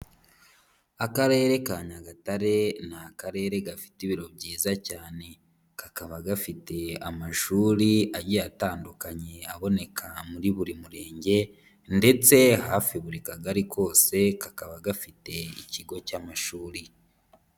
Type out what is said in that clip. Akarere ka Nyagatare ni akarere gafite ibiro byiza cyane, kakaba gafite amashuri agiye atandukanye aboneka muri buri murenge ndetse hafi buri kagari kose kakaba gafite ikigo cy'amashuri.